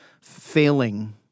failing